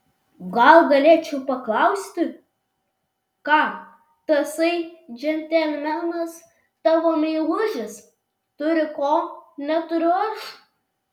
gal galėčiau paklausti ką tasai džentelmenas tavo meilužis turi ko neturiu aš